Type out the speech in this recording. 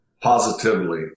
positively